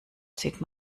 zieht